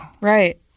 Right